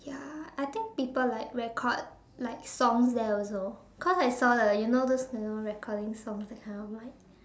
ya I think people like record like songs there also cause I saw the you know those you know recording songs that kind of mic